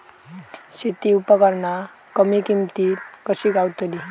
शेती उपकरणा कमी किमतीत कशी गावतली?